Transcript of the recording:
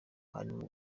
harimo